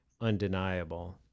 undeniable